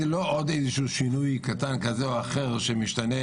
זה לא עוד איזה שהוא שינוי קטן כזה או אחר שמשתנה,